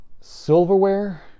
Silverware